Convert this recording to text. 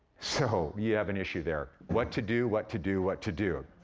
so, we have an issue there. what to do, what to do, what to do?